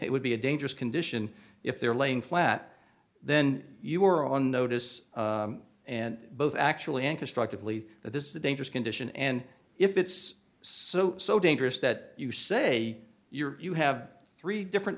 it would be a dangerous condition if they're laying flat then you are on notice and both actually and constructively that this is a dangerous condition and if it's so so dangerous that you say you're you have three different